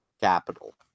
capital